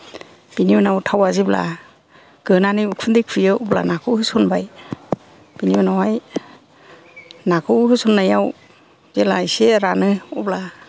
बिनि उनाव थावा जेब्ला गोनानै उखुन्दै खुयो अब्ला नाखौ होसनबाय बिनि उनावहाय नाखौ होसन्नायाव जेला इसे रानो अब्ला